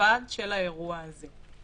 בלבד של האירוע הזה.